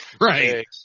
Right